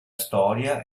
storia